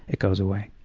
it goes away.